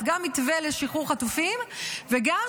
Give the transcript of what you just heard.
ב-14 בינואר,